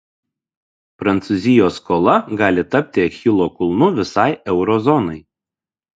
prancūzijos skola gali tapti achilo kulnu visai euro zonai